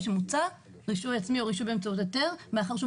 שמוצע רישוי עצמי או רישוי באמצעות היתר מאחר והוא